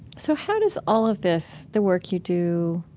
so how does all of this, the work you do,